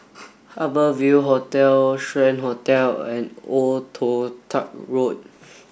Harbour Ville Hotel Strand Hotel and Old Toh Tuck Road